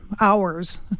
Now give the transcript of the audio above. hours